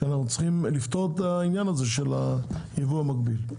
שאנחנו צריכים לפתור את העניין הזה של הייבוא המקביל,